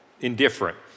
indifferent